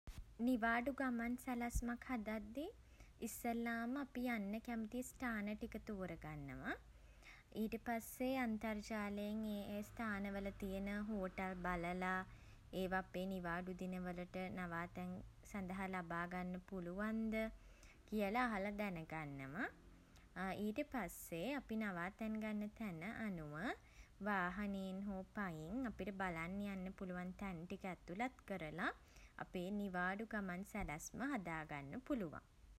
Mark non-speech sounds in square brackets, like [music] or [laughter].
නිවාඩු ගමන් සැලැස්මක් හදද්දී ඉස්සෙල්ලාම අපි යන්න කැමති ස්ථාන ටික තෝර ගන්නවා. ඊට පස්සේ අන්තර්ජාලයෙන් ඒ ඒ ස්ථාන වල තියෙන හෝටල් බලලා ඒවා අපේ නිවාඩු දින වලට නවාතැන් [hesitation] සඳහා ලබා ගන්න පුලුවන්ද [hesitation] කියල අහලා දැන ගන්නවා. ඊට පස්සේ [hesitation] අපි නවාතැන් ගන්න තැන අනුව [hesitation] වාහනයෙන් හෝ පයින් අපිට බලන්න යන්න පුළුවන් තැන් ටික ඇතුළත් කරලා [hesitation] අපේ නිවාඩු ගමන් සැලැස්ම හදා ගන්න පුළුවන්.